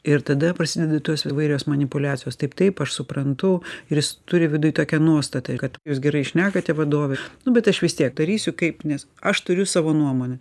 ir tada prasideda tos įvairios manipuliacijos taip taip aš suprantu ir jis turi viduj tokią nuostatą kad jūs gerai šnekate vadove nu bet aš vis tiek darysiu kaip nes aš turiu savo nuomonę